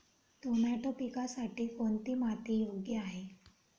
Tomato पिकासाठी कोणती माती योग्य आहे?